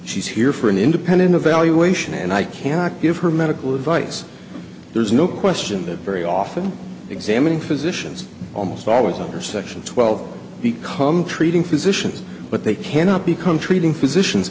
she's here for an independent evaluation and i cannot give her medical advice there's no question that very often examining physicians almost always under section twelve become treating physicians but they cannot become treating physician